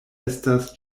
estas